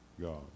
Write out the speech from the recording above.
God